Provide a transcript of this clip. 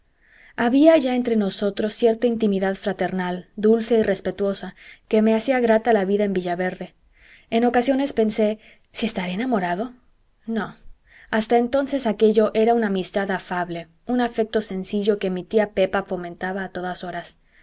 había ya entre nosotros cierta intimidad fraternal dulce y respetuosa que me hacía grata la vida en villaverde en ocasiones pensé si estaré enamorado no hasta entonces aquello era una amistad afable un afecto sencillo que mi tía pepa fomentaba a todas horas